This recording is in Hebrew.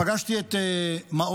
פגשתי את מאור,